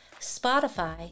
Spotify